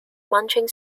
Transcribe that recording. munching